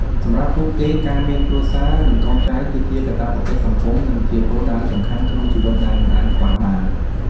សម្រាប់ពួកគេ ការមានគ្រួសារ និងកូនចៅគឺជាកាតព្វកិច្ចសង្គម និងជាគោលដៅសំខាន់ក្នុងជីវិតដែលមិនអាចខ្វះបាន។